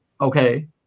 Okay